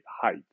height